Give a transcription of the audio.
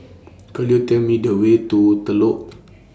Could YOU Tell Me The Way to Telok